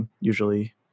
usually